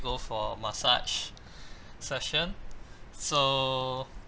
go for massage session so